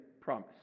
promise